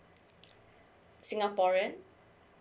singaporean